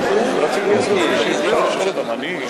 אדוני.